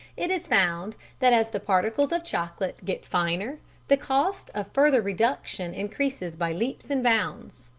it is found that as the particles of chocolate get finer the cost of further reduction increases by leaps and bounds.